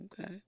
Okay